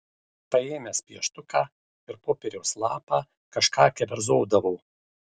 paėmęs pieštuką ir popieriaus lapą kažką keverzodavau